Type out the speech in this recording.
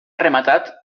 rematat